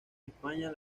españa